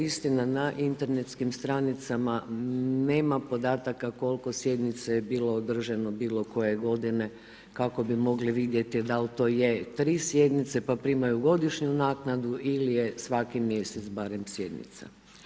Istina, na internetskim stranicama nema podataka koliko sjednica je bilo održano bilo koje godine kako bi mogli vidjeti da li to je tri sjednice pa primaju godišnju naknadu ili je svaki mjesec barem sjednica.